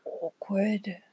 awkward